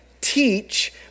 teach